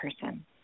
person